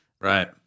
Right